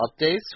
updates